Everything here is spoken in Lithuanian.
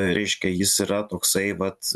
reiškia jis yra toksai vat